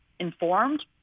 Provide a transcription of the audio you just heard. informed